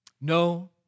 No